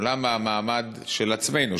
או למה המעמד של עצמנו,